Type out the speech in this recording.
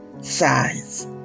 size